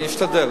אני אשתדל.